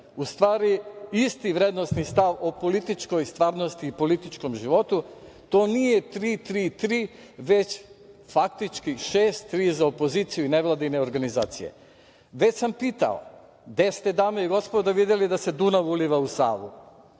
u stvari, isti vrednosni stav o političkoj stvarnosti i političkom životu, to nije 3 - 3 - 3, već faktički 6 - 3 za opoziciju i nevladine organizacije. Već sam pitao gde ste, dame i gospodo, videli da se Dunav uliva u Savu.